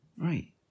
Right